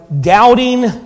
doubting